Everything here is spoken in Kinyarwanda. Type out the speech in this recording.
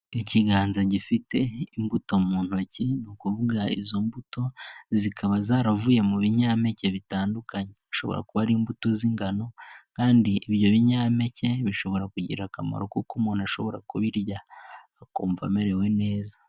Ikiganza gifite imbuto mu ntoki ni ukuvuga izo mbuto zikaba zaravuye mu binyampeke bitandukanye zishobora kuba imbuto z'ingano kandi ibyo binyampeke bishobora kugira akamaro kuko umuntu ashobora kubirya akumva amerewe neza.